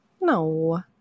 No